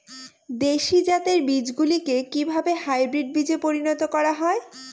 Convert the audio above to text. দেশি জাতের বীজগুলিকে কিভাবে হাইব্রিড বীজে পরিণত করা হয়?